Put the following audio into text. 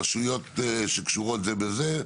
רשויות שקשורות זו בזו.